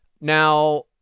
Now